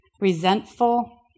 resentful